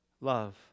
love